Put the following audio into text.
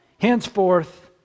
henceforth